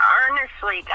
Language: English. earnestly